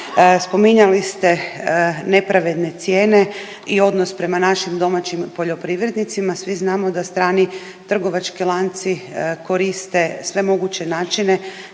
spominjali ste nepravedne cijene i odnos prema našim domaćim poljoprivrednicima. Svi znamo da strani trgovački lanci koriste sve moguće načine